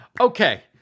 okay